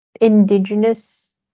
Indigenous